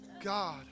God